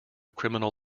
criminal